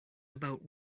about